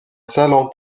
salon